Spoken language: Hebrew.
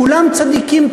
כולם צדיקים,